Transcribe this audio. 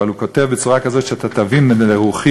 אבל הוא כותב בצורה כזאת שאתה תבין לרוחי